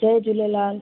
Jay Jhulelal